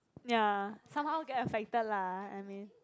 ya somehow get affected lah I mean